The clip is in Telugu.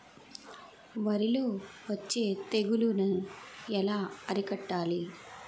వరిలో వచ్చే తెగులని ఏలా అరికట్టాలి?